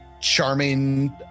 charming